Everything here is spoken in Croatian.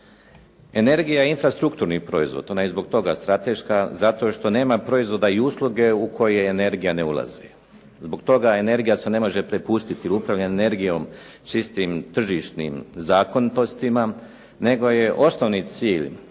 Energija je infrastrukturni proizvod, ona je zbog toga strateška, zato što nema proizvoda i usluge u koje energija ne ulazi. Zbog toga energija se ne može prepustiti, upravljanje energijom čistim tržišnim zakonitostima nego je osnovni cilj